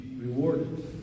rewarded